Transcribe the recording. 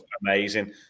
amazing